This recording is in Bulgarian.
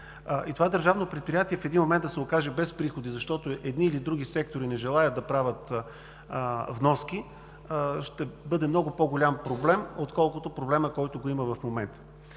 и това държавно предприятие да се откаже в един момент без приходи, защото едни или други сектори не желаят да правят вноски, ще бъде много по-голям проблем, отколкото проблемът, който има в момента.